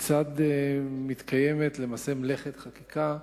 וכיצד מתקיימת למעשה מלאכת החקיקה,